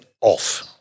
off